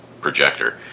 projector